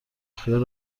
خیال